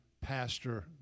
pastor